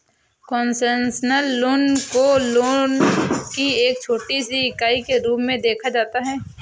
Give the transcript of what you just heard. concessional loan को loan की एक छोटी सी इकाई के रूप में देखा जाता है